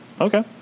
Okay